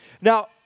Now